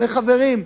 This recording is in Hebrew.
וחברים,